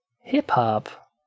hip-hop